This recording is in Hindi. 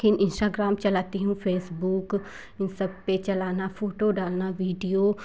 कि इंस्टाग्राम चलाती हूँ फेसबुक इन सब पर चलाना फोटो डालना वीडियो